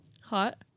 Hot